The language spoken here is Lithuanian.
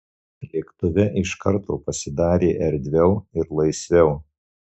lėktuve iš karto pasidarė erdviau ir laisviau